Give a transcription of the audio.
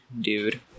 dude